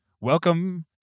Welcome